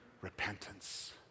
repentance